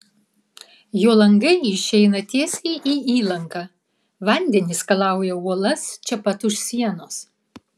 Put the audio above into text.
jo langai išeina tiesiai į įlanką vandenys skalauja uolas čia pat už sienos